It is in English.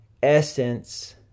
essence